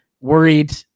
worried